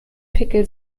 pickel